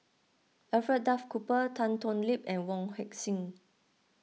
Alfred Duff Cooper Tan Thoon Lip and Wong Heck Sing